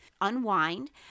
unwind